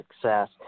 success